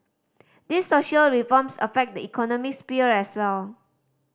these social reforms affect the economic sphere as well